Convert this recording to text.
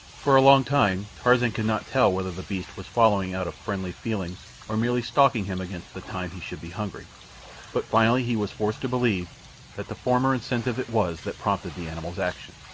for a long time tarzan could not tell whether the beast was following out of friendly feelings or merely stalking him against the time he should be hungry but finally he was forced to believe that the former incentive it was that prompted the animal's action.